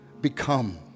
become